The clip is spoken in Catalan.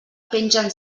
pengen